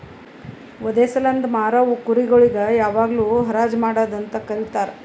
ವಧೆ ಸಲೆಂದ್ ಮಾರವು ಕುರಿ ಗೊಳಿಗ್ ಯಾವಾಗ್ಲೂ ಹರಾಜ್ ಮಾಡದ್ ಅಂತ ಕರೀತಾರ